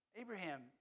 Abraham